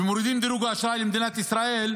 והיו מורידים את דירוג האשראי למדינת ישראל,